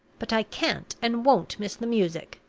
but i can't and won't miss the music.